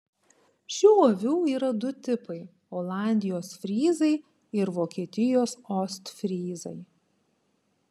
šių avių yra du tipai olandijos fryzai ir vokietijos ostfryzai